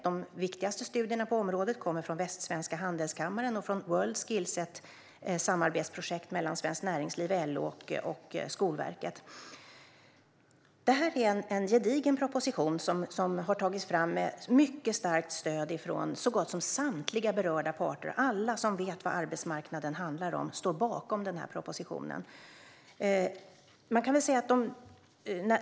De viktigaste studierna på området kommer från Västsvenska Handelskammaren och från Worldskills, ett samarbetsprojekt mellan Svenskt Näringsliv, LO och Skolverket. Det här är en gedigen proposition som har tagits fram med mycket starkt stöd från så gott som samtliga berörda parter. Alla som vet vad arbetsmarknaden handlar om står bakom den här propositionen.